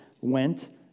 went